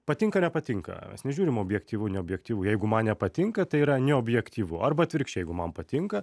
patinka nepatinka mes nežiūrim objektyvu neobjektyvu jeigu man nepatinka tai yra neobjektyvu arba atvirkščiai jeigu man patinka